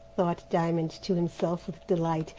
thought diamond to himself, with delight,